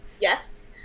Yes